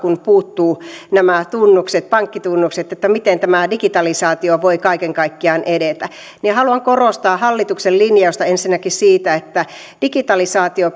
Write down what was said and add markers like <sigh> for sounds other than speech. kun osalta puuttuuvat nämä pankkitunnukset niin miten tämä digitalisaatio voi kaiken kaikkiaan edetä haluan korostaa hallituksen linjausta ensinnäkin siitä että digitalisaatio <unintelligible>